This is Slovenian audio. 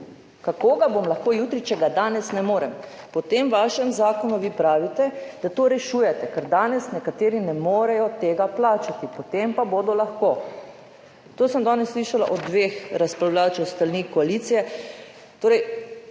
Kako ga bom lahko jutri, če ga danes ne morem? Po tem vašem zakonu vi pravite, da to rešujete, ker danes nekateri ne morejo tega plačati, potem pa bodo lahko. To sem danes slišala od dveh razpravljavcev s strani koalicije.